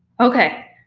okay,